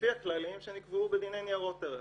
לפי הכללים שנקבעו בדיני ניירות ערך.